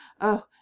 Oh